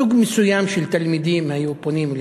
סוג מסוים של תלמידים היו פונים אליהם,